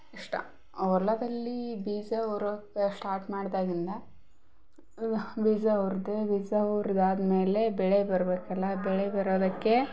ಇಷ್ಟ ಹೊಲದಲ್ಲಿ ಬೀಜ ಹೊರೋಕ್ಕ ಸ್ಟಾರ್ಟ್ ಮಾಡ್ದಾಗಿನಿಂದ ಬೀಜ ಹೊರ್ದೆ ಬೀಜ ಹೊರ್ದಾದ್ಮೇಲೆ ಬೆಳೆ ಬರಬೇಕಲ್ಲ ಬೆಳೆ ಬರೋದಕ್ಕೆ